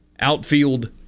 outfield